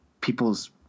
people's –